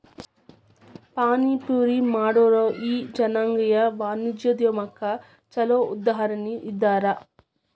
ಪಾನಿಪುರಿ ಮಾಡೊರು ಈ ಜನಾಂಗೇಯ ವಾಣಿಜ್ಯೊದ್ಯಮಕ್ಕ ಛೊಲೊ ಉದಾಹರಣಿ ಇದ್ದಾರ